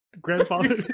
grandfather